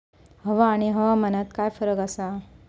हवा आणि हवामानात काय फरक असा?